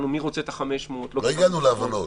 שאלנו מי רוצה את ה-500 --- לא הגענו להבנות.